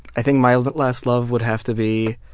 i think my last love would have to be